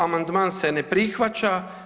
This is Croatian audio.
Amandman se ne prihvaća.